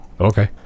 okay